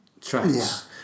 tracks